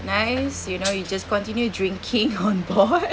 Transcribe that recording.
nice you know you just continue drinking on board